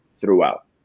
throughout